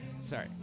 Sorry